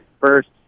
first